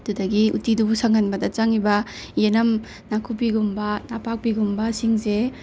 ꯑꯗꯨꯗꯒꯤ ꯎꯠꯇꯤꯗꯨꯕꯨ ꯁꯪꯍꯟꯕꯗ ꯆꯪꯉꯤꯕ ꯌꯦꯅꯝ ꯅꯥꯀꯨꯞꯄꯤꯒꯨꯝꯕ ꯅꯄꯥꯛꯄꯤꯒꯨꯝꯕ ꯁꯤꯡꯁꯦ